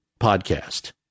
podcast